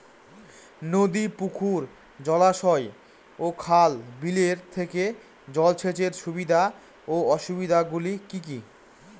নদী পুকুর জলাশয় ও খাল বিলের থেকে জল সেচের সুবিধা ও অসুবিধা গুলি কি কি?